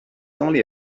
only